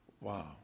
Wow